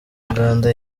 uganda